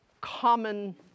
common